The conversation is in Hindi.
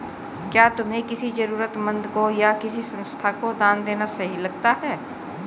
क्या तुम्हें किसी जरूरतमंद को या किसी संस्था को दान देना सही लगता है?